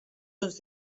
uns